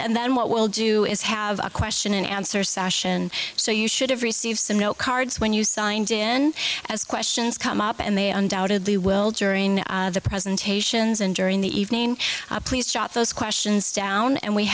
and then what we'll do is have a question and answer session so you should have received some note cards when you signed in as questions come up and they undoubtedly will during the presentations and during the evening please jot those questions down and we